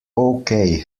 okay